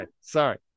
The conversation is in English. Sorry